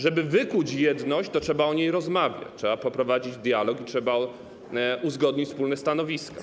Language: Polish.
Żeby wykuć jedność, trzeba o niej rozmawiać, trzeba prowadzić dialog, trzeba uzgodnić wspólne stanowisko.